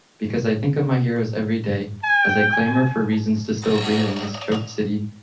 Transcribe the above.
because i think of my heroes every day as i claimor for reasons to still breathe in this choke city.